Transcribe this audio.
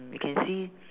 you can see